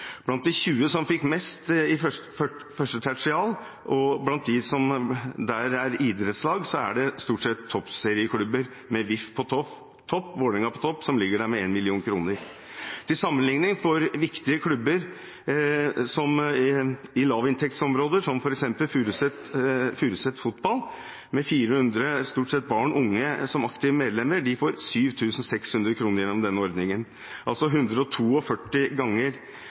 Blant de 20 som fikk mest i 1. tertial, og som er idrettslag, er det stort sett toppserieklubber, med VIF – Vålerenga – på topp, med 1 mill. kr. Til sammenligning får viktige klubber i lavinntektsområder, som f.eks. Furuset Fotball, med 400 barn og unge – stort sett – som aktive medlemmer, 7 600 kr gjennom denne ordningen, altså 142 ganger mindre til Furuset Fotball enn til Vålerenga Fotball. Jeg unner VIF, alle andre eliteserielag og